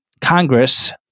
Congress